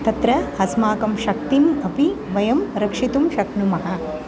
तत्र अस्माकं शक्तिम् अपि वयं रक्षितुं शक्नुमः